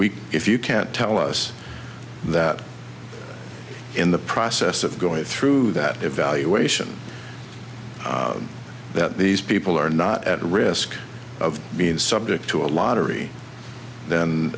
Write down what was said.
we if you can't tell us that in the process of going through that evaluation that these people are not at risk of being subject to a lottery then